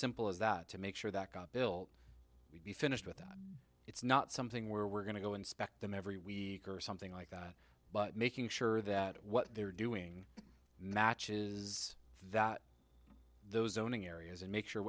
simple as that to make sure that god will be finished with that it's not something where we're going to go inspect them every week or something like that but making sure that what they're doing matches that those owning areas and make sure